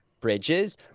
bridges